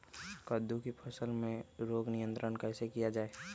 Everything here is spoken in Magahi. कददु की फसल में रोग नियंत्रण कैसे किया जाए?